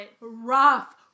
Rough